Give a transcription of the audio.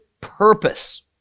purpose